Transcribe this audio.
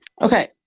Okay